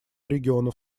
регионов